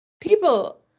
People